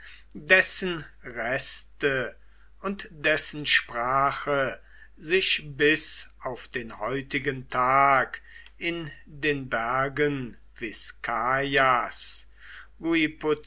dessen reste und dessen sprache sich bis auf den heutigen tag in den bergen